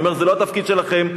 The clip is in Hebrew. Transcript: אני אומר: זה לא התפקיד שלכם.